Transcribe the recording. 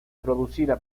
producida